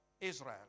Israel